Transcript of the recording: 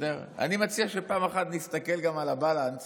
אני מציע שפעם אחד נסתכל גם על הבלנס